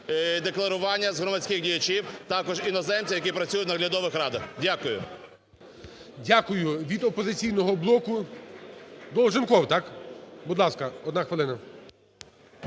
декларування з громадських діячів, також іноземців, які працюють в наглядових радах. Дякую. ГОЛОВУЮЧИЙ. Дякую. Від "Опозиційного блоку" Долженков. Так? Будь ласка, одна хвилина.